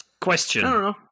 Question